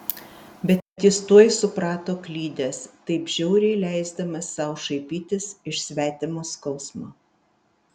bet jis tuoj suprato klydęs taip žiauriai leisdamas sau šaipytis iš svetimo skausmo